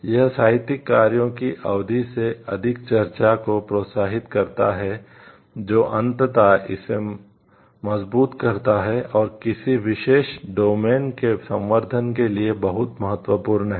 यह साहित्यिक कार्यों की अधिक से अधिक चर्चा को प्रोत्साहित करता है जो अंततः इसे मजबूत करता है और किसी विशेष डोमेन के संवर्धन के लिए बहुत महत्वपूर्ण है